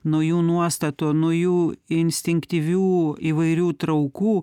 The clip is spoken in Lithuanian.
nuo jų nuostatų nuo jų instinktyvių įvairių traukų